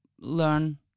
learn